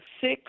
Six